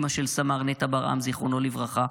אימא של סמ"ר נטע ברעם, זיכרונו לברכה.